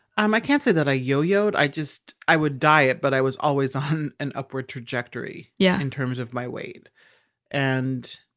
um, i can't say that i yo-yo-ed. i just, i would diet, but i was always on an upward trajectory yeah in terms of my weight and,